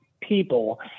people